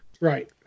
Right